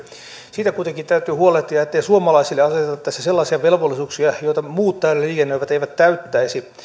siitä kuitenkin täytyy huolehtia ettei suomalaisille aiheuteta tässä sellaisia velvollisuuksia joita muut täällä liikennöivät eivät täyttäisi